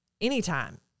anytime